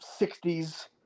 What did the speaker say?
60s